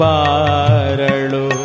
Baradu